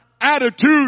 attitude